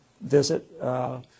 visit